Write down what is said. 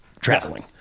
traveling